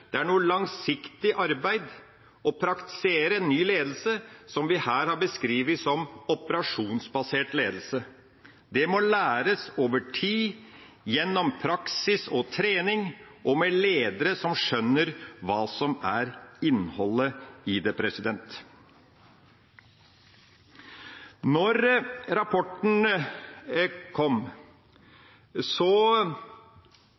Det er noe langt djupere, det er et langsiktig arbeid å praktisere ny ledelse, som vi her har beskrevet som «operasjonsbasert ledelse». Det må læres over tid gjennom praksis og trening og med ledere som skjønner hva som er innholdet i det. Da rapporten kom,